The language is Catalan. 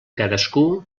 cadascú